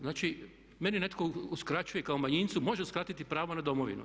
Znači, meni netko uskraćuje kao manjincu, može uskratiti pravo na Domovinu.